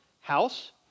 house